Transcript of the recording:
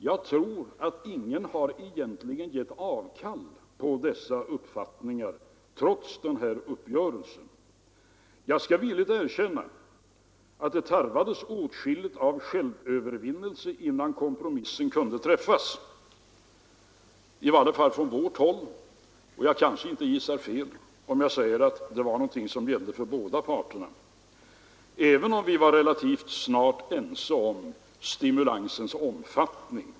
Jag tror att ingen egentligen har gett avkall på dessa uppfattningar trots uppgörelsen. Jag skall villigt erkänna att det tarvades åtskilligt av självövervinnelse innan kompromissen kunde träffas — i varje fall från vårt håll, och jag kanske inte gissar fel om jag säger att det var någonting som gällde för båda parterna — även om vi relativt snart blev ense om stimulansens omfattning.